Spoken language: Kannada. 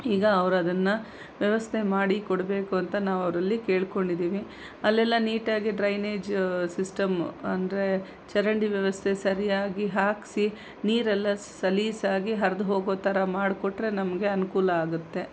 ಈಗ ಅವರದನ್ನ ವ್ಯವಸ್ಥೆ ಮಾಡಿ ಕೊಡಬೇಕು ಅಂತ ನಾವು ಅವರಲ್ಲಿ ಕೇಳ್ಕೊಂಡಿದೀವಿ ಅಲ್ಲೆಲ್ಲ ನೀಟಾಗಿ ಡ್ರೈನೇಜ್ ಸಿಸ್ಟಮ್ಮು ಅಂದರೆ ಚರಂಡಿ ವ್ಯವಸ್ಥೆ ಸರಿಯಾಗಿ ಹಾಕಿಸಿ ನೀರೆಲ್ಲ ಸಲೀಸಾಗಿ ಹರ್ದು ಹೋಗೋ ಥರ ಮಾಡಿಕೊಟ್ರೆ ನಮಗೆ ಅನುಕೂಲ ಆಗತ್ತೆ